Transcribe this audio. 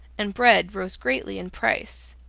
and bread rose greatly in price.